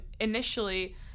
initially